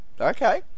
okay